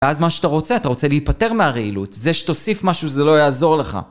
ואז מה שאתה רוצה, אתה רוצה להיפטר מהרעילות, זה שתוסיף משהו, זה לא יעזור לך.